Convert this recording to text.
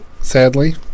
sadly